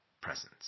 presence